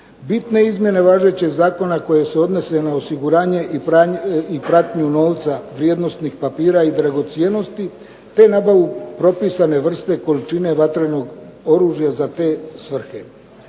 Bitne izmjene važećeg zakona koje se odnose na osiguranje i pratnju novca, vrijednosnih papira i dragocjenosti te nabavu propisane vrste količine vatrenog oružja za te svrhe.